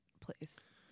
place